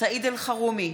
סעיד אלחרומי,